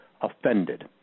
offended